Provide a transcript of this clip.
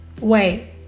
Wait